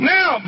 Now